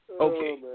okay